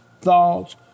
thoughts